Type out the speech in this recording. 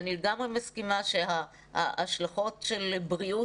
אני לגמרי מסכימה שההשלכות של בריאות